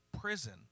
prison